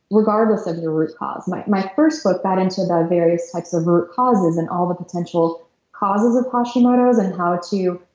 regardless of your root cause my my first book got into the various types of root causes and all the potential causes of hashimoto's and how to.